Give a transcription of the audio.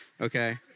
Okay